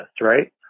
Right